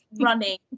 running